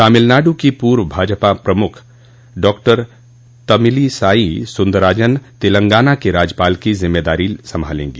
तमिलनाडु की पूर्व भाजपा प्रमुख डॉक्टर तमिलिसाई सुंदरराजन तेलंगाना के राज्यपाल की जिम्मेदारी संभालेंगी